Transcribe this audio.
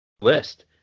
list